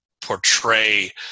portray